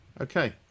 okay